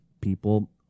people